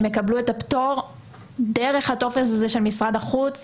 הם יקבלו את הפטור דרך הטופס הזה של משרד החוץ.